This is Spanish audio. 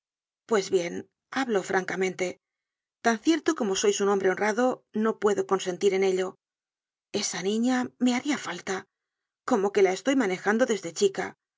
pues bien hablo francamente tan cierto como sois un hombre honrado no puedo consentir en ello esa niña me haria falta como que la estoy manejando desde chica